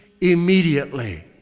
Immediately